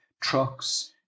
Trucks